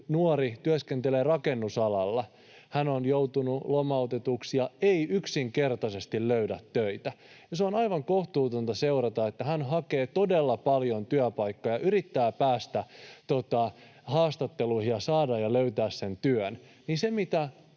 nuori työskentelee rakennusalalla. Hän on joutunut lomautetuksi ja ei yksinkertaisesti löydä töitä. On aivan kohtuutonta seurata, kun hän hakee todella paljon työpaikkoja, yrittää päästä haastatteluihin ja saada ja löytää sen työn,